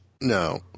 no